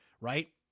right